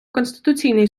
конституційний